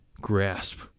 grasp